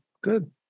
good